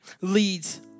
leads